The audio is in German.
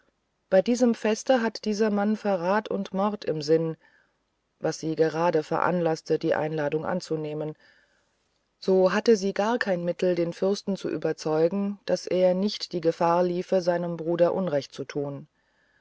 bei diesem feste hat dieser mann verrat und mord im sinn was sie gerade veranlaßte die einladung anzunehmen so hatte sie gar kein mittel den fürsten zu überzeugen daß er nicht die gefahr liefe seinem bruder unrecht zu tun